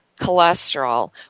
cholesterol